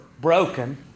broken